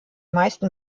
meisten